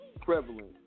prevalent